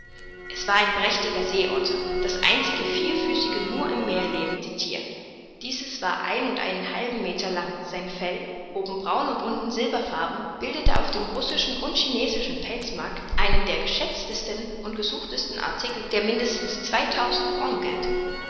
es war ein prächtiger seeotter das einzige vierfüßige nur im meer lebende thier dieses war ein und einen halben meter lang sein fell oben braun und unten silberfarben bildet auf dem russischen und chinesischen pelzmarkt einen der geschätztesten und gesuchtesten artikel der mindestens zweitausend